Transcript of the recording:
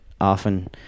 often